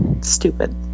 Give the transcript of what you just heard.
stupid